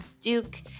Duke